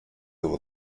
его